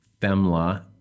FEMLA